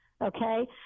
okay